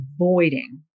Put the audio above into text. avoiding